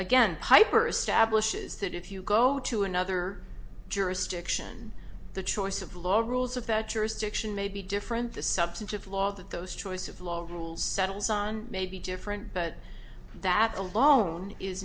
again hyper establishes that if you go to another jurisdiction the choice of law rules of that jurisdiction may be different the substantive law that those choice of law rules settles on may be different but that alone is